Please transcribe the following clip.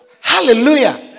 Hallelujah